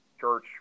church